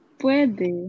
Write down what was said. puede